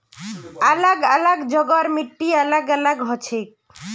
अलग अलग जगहर मिट्टी अलग अलग हछेक